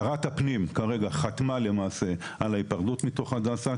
ששרת הפנים חתמה כרגע למעשה על ההיפרדות מתוך צור הדסה.